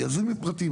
יזמים פרטיים.